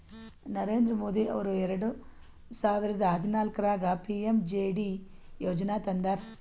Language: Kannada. ನರೇಂದ್ರ ಮೋದಿ ಅವರು ಎರೆಡ ಸಾವಿರದ ಹದನಾಲ್ಕರಾಗ ಪಿ.ಎಮ್.ಜೆ.ಡಿ ಯೋಜನಾ ತಂದಾರ